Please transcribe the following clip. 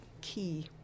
key